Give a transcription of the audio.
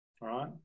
right